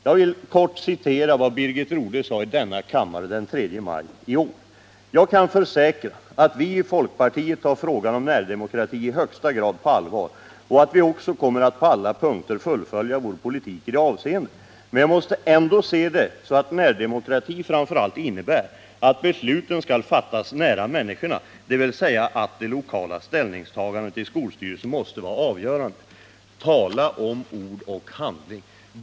Jag vill kort citera vad Birgit Rodhe sade i denna kammare den 3 maj i år: ”Jag kan försäkra ——- att vi i folkpartiet tar frågan om närdemokrati i högsta grad på allvar och att vi också kommer att på alla punkter fullfölja vår politik i det avseendet. Men jag måste ändå se det så att närdemokrati framför allt innebär, att besluten skall fattas nära människorna, dvs. att det lokala ställningstagandet i skolstyrelsen måste vara avgörande.” Tala om ord och handling.